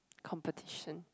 competition